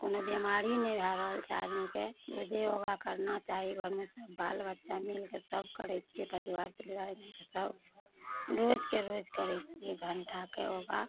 कोनो बीमारी नैहि भऽ रहल छै आदमीके रोजे योगा करना चाही घरमे सब बाल बच्चा मिलके सब करै छियै परिवार तरिवार मिलके सब रोजके रोज करै छियै एक घण्टाके योगा